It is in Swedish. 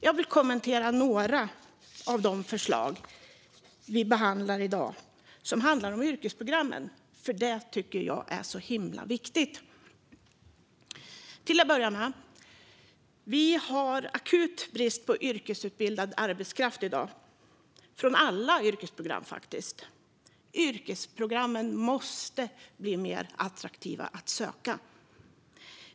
Jag vill kommentera några av de förslag vi behandlar i dag som handlar om yrkesprogrammen, för det tycker jag är himla viktigt. Till att börja med: Vi har akut brist på yrkesutbildad arbetskraft i dag - från alla yrkesprogram. Yrkesprogrammen måste bli mer attraktiva att söka.